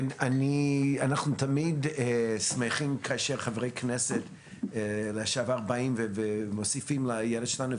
אנחנו תמיד שמחים כאשר חברי כנסת לשעבר מגיעים ומוסיפים לידע שלנו.